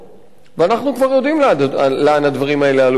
ואנחנו כבר יודעים לאן הדברים האלה עלולים להגיע.